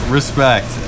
Respect